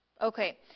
okay